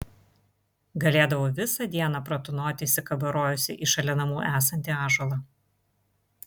galėdavau visą dieną pratūnoti įsikabarojusi į šalia namų esantį ąžuolą